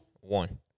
One